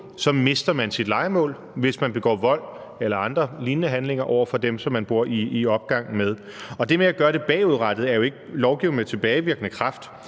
så mister man sit lejemål, hvis man begår vold eller andre lignende handlinger over for dem, som man bor i opgang med. Det med at gøre det bagudrettet er jo ikke at lovgive med tilbagevirkende kraft;